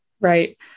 right